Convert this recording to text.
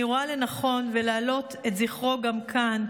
אני רואה לנכון להעלות את זכרו גם כאן,